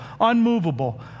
unmovable